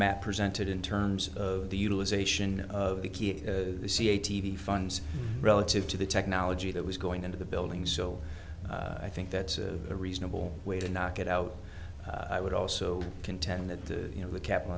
matt presented in terms of the utilization of the ca t v funds relative to the technology that was going into the building so i think that's a reasonable way to knock it out i would also contend that you know the capital